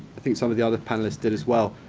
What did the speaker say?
i think some of the other panelists did as well.